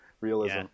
realism